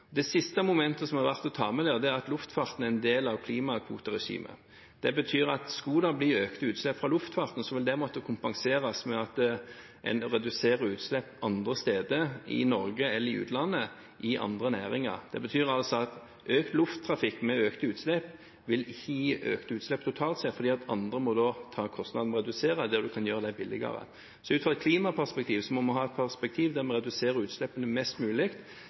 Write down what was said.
Det siste momentet som er verdt å ta med, er at luftfarten er en del av klimakvoteregimet. Det betyr at skulle det bli økte utslipp fra luftfarten, ville det måtte kompenseres ved at en reduserer utslipp andre steder i Norge eller i utlandet, i andre næringer. Det betyr altså at økt lufttrafikk, med økte utslipp, vil ikke gi økte utslipp totalt sett, fordi da må andre ta kostnadene med å redusere der man kan gjøre det billigere. Vi må gå ut fra et klimaperspektiv der vi